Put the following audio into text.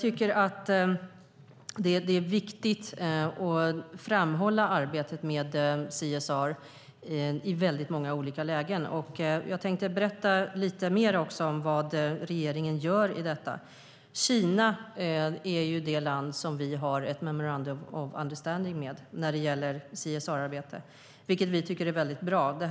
Det är viktigt att framhålla arbetet med CSR i många olika lägen. Jag tänkte berätta lite mer om vad regeringen gör i detta. Kina är det land som vi har ett memorandum of understanding med när det gäller CSR-arbete, vilket vi tycker är väldigt bra.